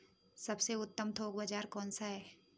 सबसे उत्तम थोक बाज़ार कौन सा है?